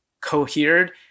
cohered